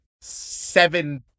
seven